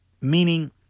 meaning